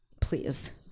please